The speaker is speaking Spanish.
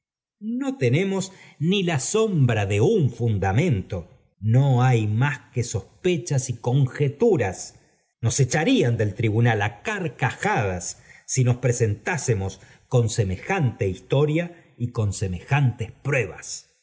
no tenemos ni la sombra de un fundamento no hay más que sospechas y conjeturas nos echarían del tribunal á carcajadas si nos presentó semqai con semejante historia y con semejantes pruebas